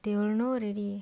they will know already